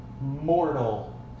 mortal